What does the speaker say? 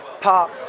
pop